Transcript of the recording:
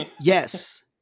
yes